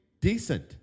decent